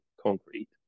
concrete